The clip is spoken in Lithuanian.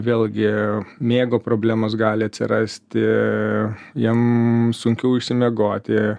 vėlgi miego problemos gali atsirasti jiem sunkiau išsimiegoti